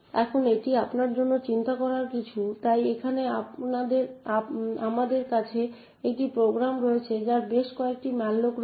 এখন এটি আপনার জন্য চিন্তা করার জন্য কিছু তাই এখানে আমাদের কাছে একটি প্রোগ্রাম রয়েছে যার বেশ কয়েকটি ম্যালোক রয়েছে